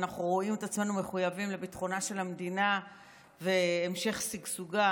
ואנחנו רואים את עצמנו מחויבים לביטחונה של המדינה ולהמשך שגשוגה.